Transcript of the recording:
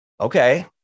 okay